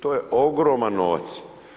To je ogroman novac.